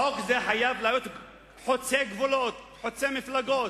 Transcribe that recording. זה חוק שחייב להיות חוצה גבולות, חוצה מפלגות.